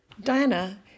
Diana